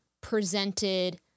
presented